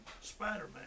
Spider-Man